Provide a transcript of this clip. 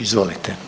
Izvolite.